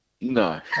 No